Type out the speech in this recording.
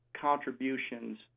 contributions